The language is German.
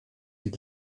die